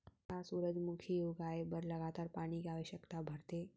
का सूरजमुखी उगाए बर लगातार पानी के आवश्यकता भरथे?